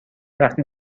وقتی